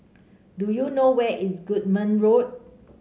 do you know where is Goodman Road